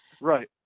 Right